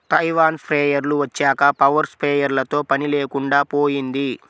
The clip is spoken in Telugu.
తైవాన్ స్ప్రేయర్లు వచ్చాక పవర్ స్ప్రేయర్లతో పని లేకుండా పోయింది